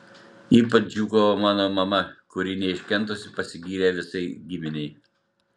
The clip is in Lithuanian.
ypač džiūgavo mano mama kuri neiškentusi pasigyrė visai giminei